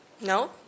No